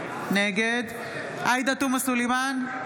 נגד עאידה תומא סלימאן,